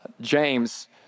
James